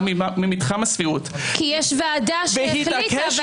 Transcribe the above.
ממתחם הסבירות -- כי יש ועדה שהחליטה,